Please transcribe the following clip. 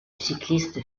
cycliste